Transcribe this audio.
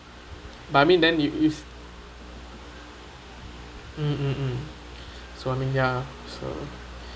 but I mean then if if mm mm mm so I mean ya so